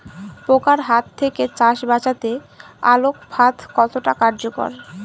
পোকার হাত থেকে চাষ বাচাতে আলোক ফাঁদ কতটা কার্যকর?